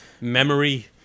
memory